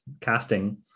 casting